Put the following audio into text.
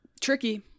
tricky